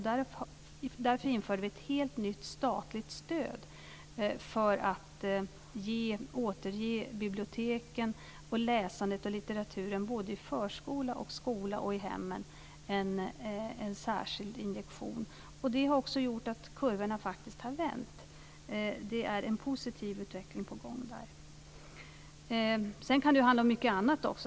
Därför införde vi ett helt nytt statligt stöd för att ge biblioteken, läsandet och litteraturen både i förskola, i skola och i hemmen en särskild injektion. Det har också gjort att kurvorna faktiskt har vänt. Det är en positiv utveckling på gång på det området. Sedan kan det handla om mycket annat också.